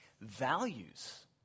Values